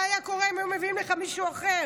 מה היה קורה אם היו מביאים לך מישהו אחר?